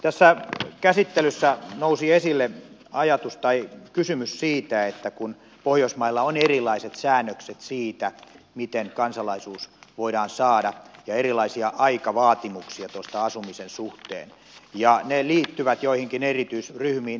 tässä käsittelyssä nousi esille ajatus tai kysymys siitä että pohjoismailla on erilaiset säännökset siitä miten kansalaisuus voidaan saada ja erilaisia aikavaatimuksia asumisen suhteen ja ne liittyvät joihinkin erityisryhmiin